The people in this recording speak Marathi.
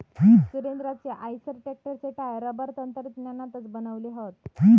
सुरेंद्राचे आईसर ट्रॅक्टरचे टायर रबर तंत्रज्ञानातनाच बनवले हत